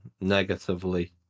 negatively